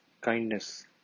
Kindness